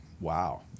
wow